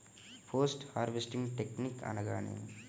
Post harvesting technique అనగా నేమి?